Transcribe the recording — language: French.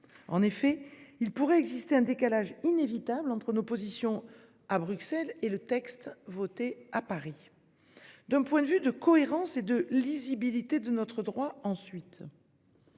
En effet, il pourrait exister un décalage inévitable entre nos positions à Bruxelles et le texte voté à Paris. Du point de vue de la cohérence et de la lisibilité de notre droit, ensuite.